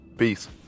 Peace